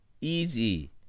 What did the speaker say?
easy